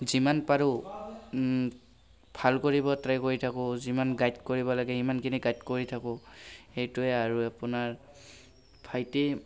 যিমান পাৰো ভাল কৰিব ট্ৰাই কৰি থাকোঁ যিমান গাইড কৰিব লাগে সিমানখিনি গাইড কৰি থাকোঁ সেইটোৱে আৰু আপোনাৰ ভাইটি